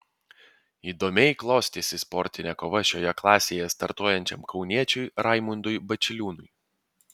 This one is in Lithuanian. įdomiai klostėsi sportinė kova šioje klasėje startuojančiam kauniečiui raimondui bačiliūnui